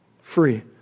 free